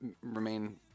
remain